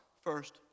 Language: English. first